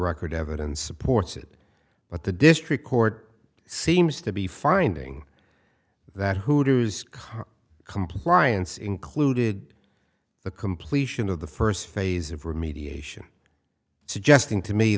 record evidence supports it but the district court seems to be finding that hooter's car compliance included the completion of the first phase of remediation suggesting to me